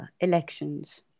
elections